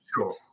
Sure